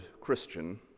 Christian